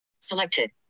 Selected